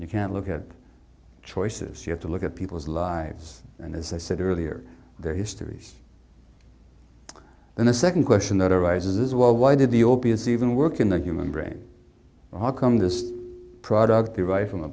you can't look at choices you have to look at people's lives and as i said earlier their histories then a second question that arises well why did the opiates even work in the human brain or how come this product the ri